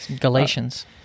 Galatians